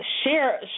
Share